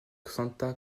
santa